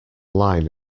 line